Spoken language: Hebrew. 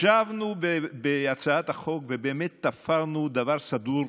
ישבנו בהצעת החוק ובאמת תפרנו דבר סדור,